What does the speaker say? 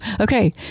Okay